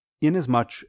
inasmuch